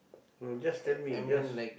no just tell me just